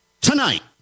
tonight